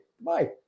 Bye